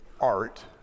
art